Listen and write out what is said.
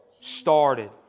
started